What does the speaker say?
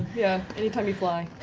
yeah. anytime you fly.